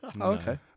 Okay